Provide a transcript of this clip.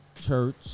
church